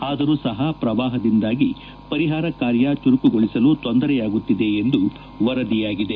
ಆದರೂ ಸಹ ಶ್ರವಾಹದಿಂದಾಗಿ ಪರಿಹಾರ ಕಾರ್ಯ ಚುರುಕುಗೊಳಿಸಲು ತೊಂದರೆಯಾಗುತ್ತಿದೆ ಎಂದು ವರದಿಯಾಗಿದೆ